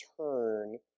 turn